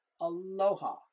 aloha